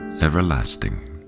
everlasting